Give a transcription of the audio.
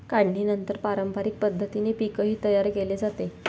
काढणीनंतर पारंपरिक पद्धतीने पीकही तयार केले जाते